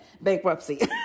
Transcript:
bankruptcy